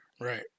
Right